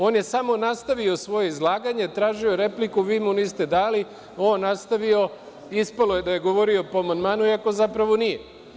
On je samo nastavio svoje izlaganje, tražio je repliku, vi mu niste dali, on nastavio, ispalo je da je govorio po amandmanu, iako zapravo nije.